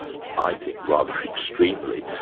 i think rather extremely,